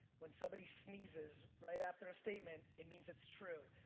when somebody sneezes right after a statement, it means it's true.